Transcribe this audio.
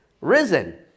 risen